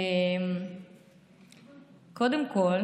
קודם כול,